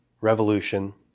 revolution